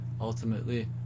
ultimately